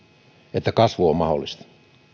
että kasvu on mahdollista